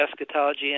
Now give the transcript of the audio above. eschatology